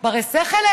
זהו, יואב, שמענו.